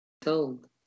told